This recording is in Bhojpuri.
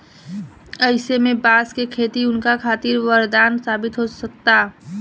अईसे में बांस के खेती उनका खातिर वरदान साबित हो सकता